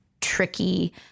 tricky